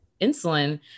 insulin